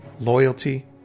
loyalty